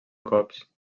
cops